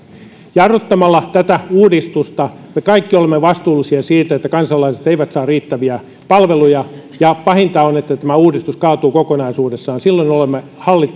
jarruttamalla tätä uudistusta me kaikki olemme vastuullisia siinä että kansalaiset eivät saa riittäviä palveluja ja pahinta olisi että tämä uudistus kaatuisi kokonaisuudessaan silloin olemme